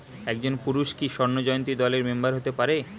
একজন পুরুষ কি স্বর্ণ জয়ন্তী দলের মেম্বার হতে পারে?